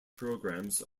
programs